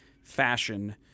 fashion